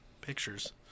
Pictures